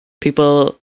people